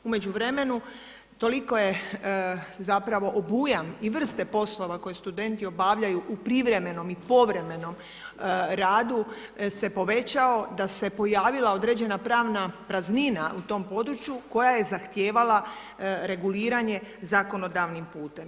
U međuvremenu toliko je zapravo obujam i vrste poslova koje studenti obavljaju u privremenom i povremenom radu se povećao da se pojavila određena pravna praznina u tom području koja je zahtijevala reguliranje zakonodavnim putem.